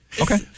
Okay